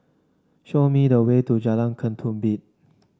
show me the way to Jalan Ketumbit